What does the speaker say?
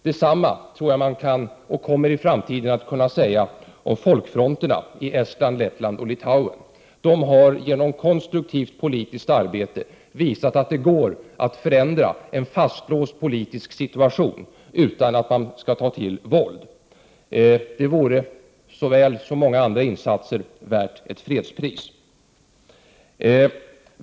Detsamma kan man kanske i framtiden säga om folkfronterna i Estland, Litauen och Lettland. De har genom konstruktivt politiskt arbete visat att det går att förändra en fastlåst politisk situation utan att ta till våld. Det arbetet vore, som så många andra insatser, värt ett fredspris.